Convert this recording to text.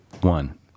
one